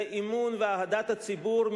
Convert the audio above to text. זה אמון ואהדת הציבור,